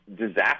disaster